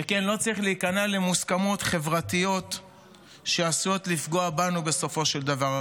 שכן לא צריך להיכנע למוסכמות חברתיות שעשויות לפגוע בנו בסופו של דבר.